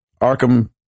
Arkham